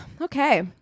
okay